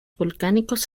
volcánicos